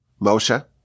Moshe